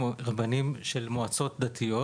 הם רבנים של המועצות הדתיות